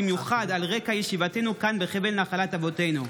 במיוחד על רקע ישיבתנו כאן בחבל נחלת אבותינו.